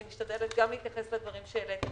אני משתדלת להתייחס גם לדברים שהעלית.